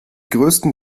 grössten